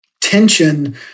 tension